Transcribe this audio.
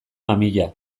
mamia